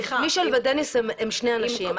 מישל ודניס הם שני אנשים,